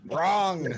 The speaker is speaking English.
Wrong